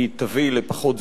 היא תביא לפחות זיהומים,